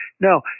no